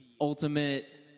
ultimate